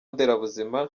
nderabuzima